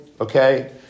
okay